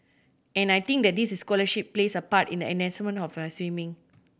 and I think that this scholarship plays a part in the enhancement of my swimming